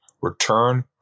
return